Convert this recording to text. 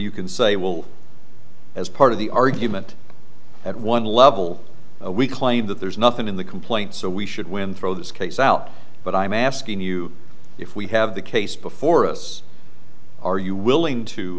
you can say well as part of the argument at one level we claim that there's nothing in the complaint so we should win throw this case out but i'm asking you if we have the case before us are you willing to